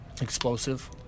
Explosive